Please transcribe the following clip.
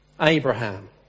Abraham